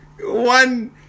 one